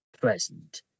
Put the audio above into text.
present